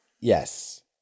Yes